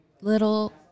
little